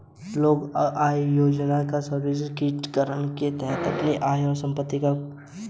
लोग आय योजना का स्वैच्छिक प्रकटीकरण के तहत अपनी आय और संपत्ति का खुलासा करते है